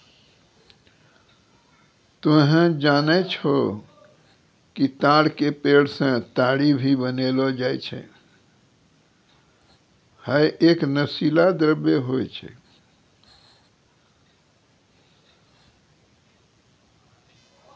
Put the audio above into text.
तोहं जानै छौ कि ताड़ के पेड़ सॅ ताड़ी भी बनैलो जाय छै, है एक नशीला द्रव्य होय छै